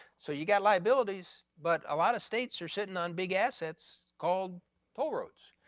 so you got liabilities but a lot of states are sitting on big assets called toll roads.